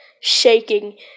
shaking